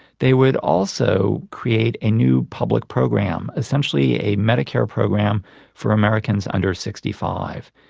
they would also create a new public program, essentially a medicare program for americans under sixty five,